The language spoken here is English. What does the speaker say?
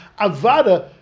Avada